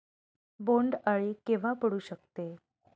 बोंड अळी केव्हा पडू शकते?